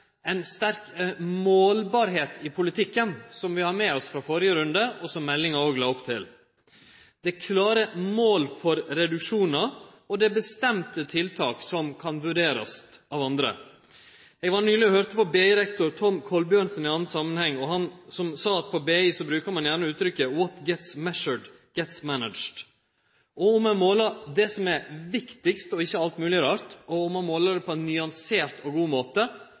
ei sterk målbarheit i politikken, som vi har med oss frå førre runde, og som meldinga òg la opp til. Det er klare mål for reduksjonar, og det er bestemte tiltak som kan vurderast av andre. Eg var nyleg og høyrde på BI-rektor Tom Colbjørnsen i ein annan samanheng, og han sa at på BI brukar ein gjerne uttrykket «Whats get‘s measured get‘s managed». Om ein måler det som er viktigast, og ikkje alt mogleg anna rart, og om ein måler det på ein nyansert og god måte,